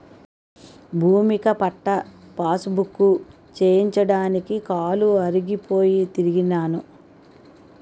భూమిక పట్టా పాసుబుక్కు చేయించడానికి కాలు అరిగిపోయి తిరిగినాను